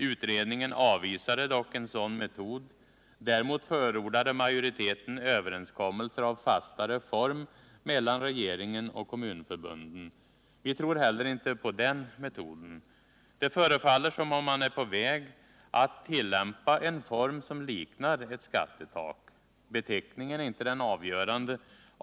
Utredningen avvisade dock en sådan metod. Däremot förordade majoriteten överenskommelser av fastare form mellan regeringen och kommunförbunden. Vi tror inte heller på den metoden. Det förefaller som om man är på väg att tillämpa en form som liknar ett skattetak. Beteckningen är inte det avgörande.